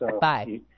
Bye